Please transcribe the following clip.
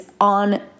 on